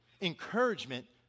encouragement